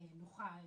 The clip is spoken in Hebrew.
נוחה לצופים.